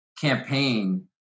campaign